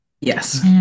Yes